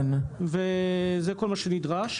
זה כל מה שנדרש.